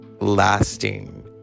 Lasting